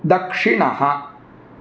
दक्षिणः